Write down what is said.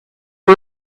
for